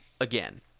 again